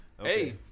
Hey